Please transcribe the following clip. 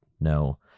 no